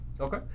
Okay